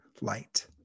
light